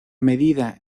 medida